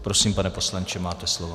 Prosím, pane poslanče, máte slovo.